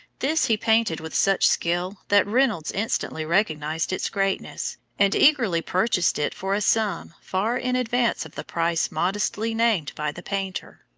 this he painted with such skill that reynolds instantly recognized its greatness, and eagerly purchased it for a sum far in advance of the price modestly named by the painter.